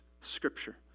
scripture